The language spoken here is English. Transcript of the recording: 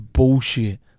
Bullshit